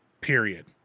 period